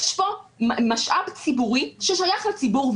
יש פה משאב ציבורי ששייך לציבור,